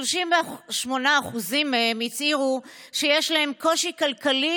כ-38% מהם הצהירו שיש להם קושי כלכלי